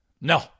No